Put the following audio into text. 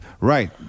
right